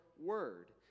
word